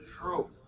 true